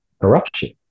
corruption